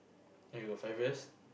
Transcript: oh you got five years